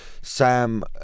Sam